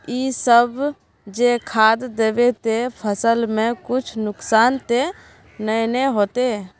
इ सब जे खाद दबे ते फसल में कुछ नुकसान ते नय ने होते